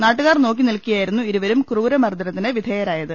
നാട്ടു കാർ നോക്കിനിൽക്കെയായിരുന്നു ഇരുവരും ക്രൂരമർദ്ദനത്തിന് വിധേയരായത്